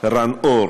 רנאור